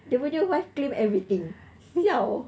dia punya wife claim everything siao